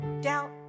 doubt